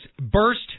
burst